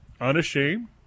unashamed